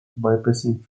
bypassing